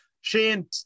Shane